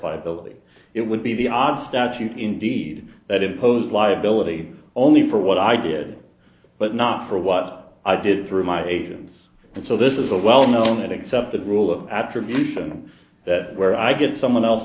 liability it would be the odd statute indeed that imposes liability only for what i did but not for what i did through my agents and so this is a well known and accepted rule of attribution that where i get someone else